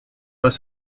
pas